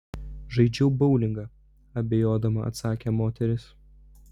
žaidžiau boulingą abejodama atsakė moteris